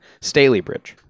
Staleybridge